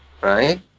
right